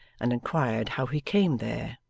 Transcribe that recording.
and inquired how he came there.